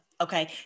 okay